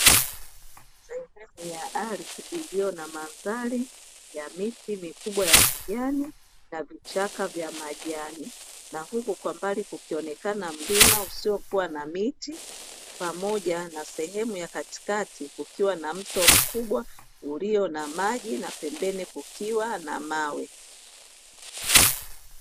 Sehemu ya ardhi iliyo na madhari ya miti mikubwa ya kijani na vichaka vya majani, na huko kwa mbali kukionekana mlima usiokuwa na miti, pamoja na sehemu ya katikati kukiwa na mto mkubwa ulio na maji na pembeni kukiwa na mawe.